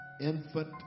infant